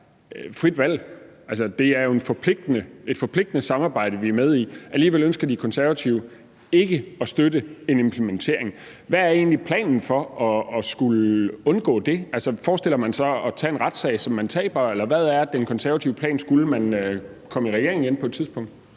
frit valg. Det er jo et forpligtende samarbejde, vi er med i. Alligevel ønsker De Konservative ikke at støtte en implementering. Hvad er egentlig planen for at undgå det? Forestiller man sig at tage en retssag, som man taber, eller hvad er den konservative plan, hvis man på et tidspunkt